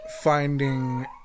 finding